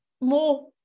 more